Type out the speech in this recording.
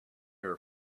her